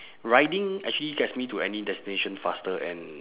riding actually gets me to any destination faster and